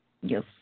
Yes